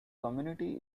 community